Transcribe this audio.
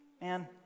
man